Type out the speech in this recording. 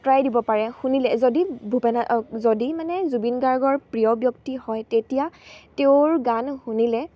আঁতৰাই দিব পাৰে শুনিলে যদি ভূপেন যদি মানে জুবিন গাৰ্গৰ প্ৰিয় ব্যক্তি হয় তেতিয়া তেওঁৰ গান শুনিলে